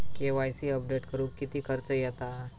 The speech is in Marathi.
के.वाय.सी अपडेट करुक किती खर्च येता?